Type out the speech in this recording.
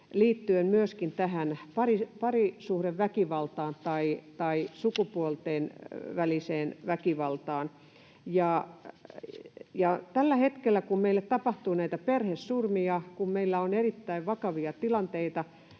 liittyen myöskin tähän parisuhdeväkivaltaan tai sukupuolten väliseen väkivaltaan, ja tällä hetkellä, kun meillä tapahtuu näitä perhesurmia, kun meillä on erittäin vakavia tilanteita